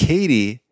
Katie